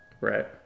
right